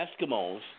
Eskimos